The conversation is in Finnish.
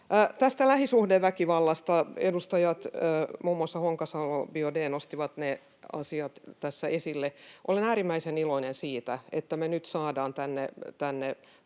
Tästä lähisuhdeväkivallasta. Edustajat, muun muassa Honkasalo, Biaudet, nostivat ne asiat tässä esille. Olen äärimmäisen iloinen siitä, että me nyt saadaan tänne